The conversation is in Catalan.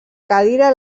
cadira